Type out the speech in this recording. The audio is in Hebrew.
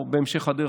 או בהמשך הדרך,